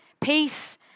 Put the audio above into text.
peace